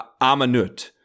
Amanut